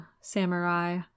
samurai